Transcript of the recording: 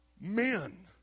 men